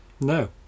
No